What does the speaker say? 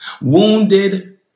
Wounded